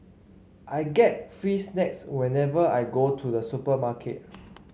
I get free snacks whenever I go to the supermarket